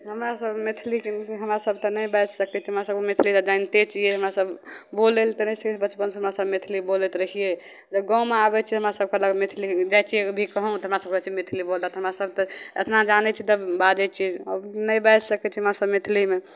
हमरासभ मैथिलीके हमरासभ तऽ नहि बाजि सकै छिए हमरासभकेँ मैथिली तऽ जानिते छिए हमरासभ बोलै ले तऽ रहै छै बचपनसे हमरासभ मैथिली बोलैत रहिए जब गाममे आबै छिए हमरासभ कहलक मैथिली जाइ छिए भी कहूँ तऽ हमरासभ कहै छिए मैथिली बोलऽ हमरासभ तऽ एतना जानै छिए तब बाजै छिए आब नहि बाजि सकै छिए हमरासभ मैथिलीमे